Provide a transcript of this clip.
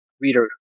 reader